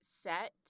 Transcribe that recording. set